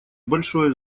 большое